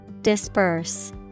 Disperse